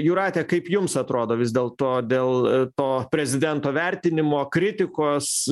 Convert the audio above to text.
jūrate kaip jums atrodo vis dėl to dėl to prezidento vertinimo kritikos